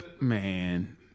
Man